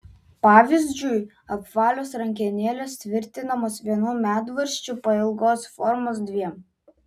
pavyzdžiui apvalios rankenėlės tvirtinamos vienu medvaržčiu pailgos formos dviem